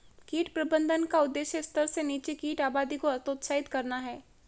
कीट प्रबंधन का उद्देश्य स्तर से नीचे कीट आबादी को हतोत्साहित करना है